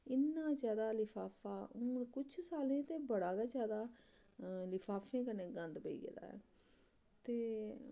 इन्ना जादा लिफाफा हून कुछ सालें ते बड़ा गै जादा लफाफें कन्नै गंद पेई गेदा ऐ ते